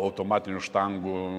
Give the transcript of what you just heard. automatinių štangų